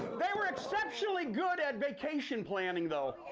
they were exceptionally good at vacation planning, though.